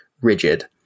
rigid